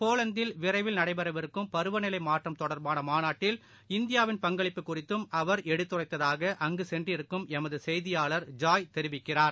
போலந்தில் விரைவில் நடைபெறவிருக்கும் பருவநிலைமாற்றம் தொடரபானமாநாட்டில் இந்தியாவின் பங்களிப்பு குறித்தும் அவர் எடுத்துரைத்தாகஅங்குகென்றிருக்கும் எமதுசெய்தியாளர் ஜாய் தெரிவிக்கிறார்